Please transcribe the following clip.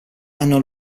hanno